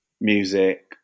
music